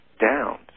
down